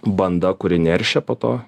banda kuri neršia po to